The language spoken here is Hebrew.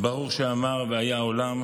"ברוך שאמר והיה העולם",